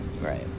right